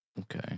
Okay